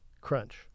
Crunch